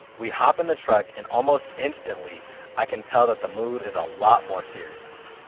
we hop in the truck and almost instantly i can tell that the mood is a lot more serious.